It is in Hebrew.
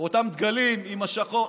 אותם דגלים עם השחור.